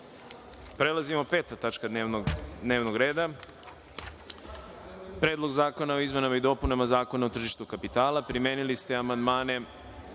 celini. Prelazimo na 5. tačku dnevnog reda – Predlog zakona o izmenama i dopunama Zakona o tržištu kapitala. Primili ste amandmane